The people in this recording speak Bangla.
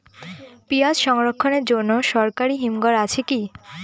পিয়াজ সংরক্ষণের জন্য সরকারি হিমঘর আছে কি?